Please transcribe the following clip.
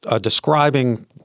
describing